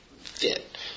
fit